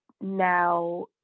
now